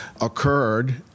occurred